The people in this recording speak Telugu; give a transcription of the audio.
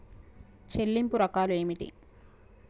చెల్లింపు రకాలు ఏమిటి?